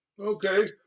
Okay